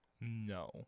No